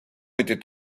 était